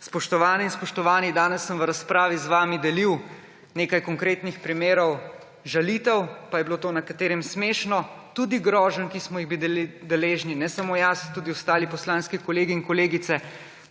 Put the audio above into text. Spoštovane in spoštovani! Danes sem v razpravi z vami delil nekaj konkretnih primerov žalitev, pa je bilo to nekaterim smešno. Tudi groženj, ki smo jih bili deležni ne samo jaz, tudi ostali poslanski kolegi in kolegice.